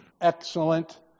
excellent